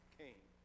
came